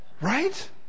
Right